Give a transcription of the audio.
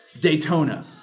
Daytona